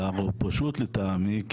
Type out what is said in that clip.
הפער הוא פשוט לטעמי,